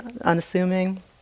unassuming